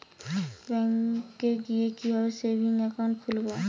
ব্যাঙ্কে গিয়ে কিভাবে সেভিংস একাউন্ট খুলব?